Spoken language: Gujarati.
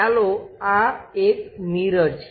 ચાલો આ એક મિરર છે